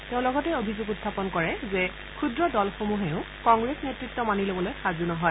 তেওঁ লগতে অভিযোগ উখাপন কৰে যে ক্ষুদ্ৰ দলসমূহেও কংগ্ৰেছ নেত়ত্ব মানি লবলৈ সাজু নহয়